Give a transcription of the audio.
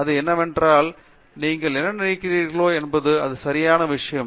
அது என்னவென்றால் நீங்கள் என்ன நினைக்கிறீர்கள் என்பது ஒரு சரியான விஷயம்